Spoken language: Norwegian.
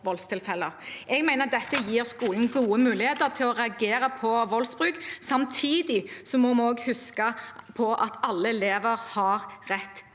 Jeg mener dette gir skolen gode muligheter til å reagere på voldsbruk. Samtidig må vi også huske på at alle elever har rett til opplæring.